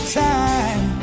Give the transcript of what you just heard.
time